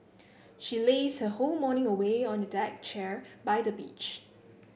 she lazed her whole morning away on a deck chair by the beach